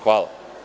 Hvala.